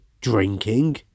Drinking